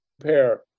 compare